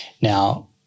Now